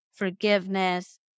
forgiveness